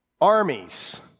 Armies